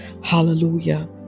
Hallelujah